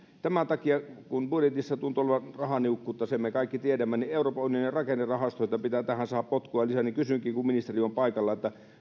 tämän takia kun budjetissa tuntuu olevan rahaniukkuutta minkä me kaikki tiedämme euroopan unionin rakennerahastoista pitää tähän saada potkua lisää ja kysynkin kun ministeri on paikalla